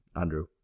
Andrew